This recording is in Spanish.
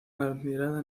admirada